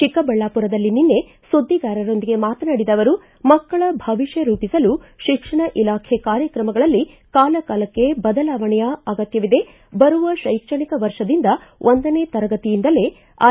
ಚಿಕ್ಕಬಳ್ಳಾಮರದಲ್ಲಿ ನಿನ್ನೆ ಸುದ್ದಿಗಾರರೊಂದಿಗೆ ಮಾತನಾಡಿದ ಅವರು ಮಕ್ಕಳ ಭವಿಷ್ಯ ರೂಪಿಸಲು ಶಿಕ್ಷಣ ಇಲಾಖೆ ಕಾರ್ಯಕ್ರಮಗಳಲ್ಲಿ ಕಾಲಕಾಲಕ್ಷೆ ಬದಲಾವಣೆಯ ಅಗತ್ಯವಿದೆ ಬರುವ ಶೈಕ್ಷಣಿಕ ವರ್ಷದಿಂದ ಒಂದನೇ ತರಗತಿಯಿಂದಲೇ ಐ